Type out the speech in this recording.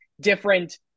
different